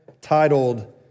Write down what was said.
titled